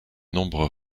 nombres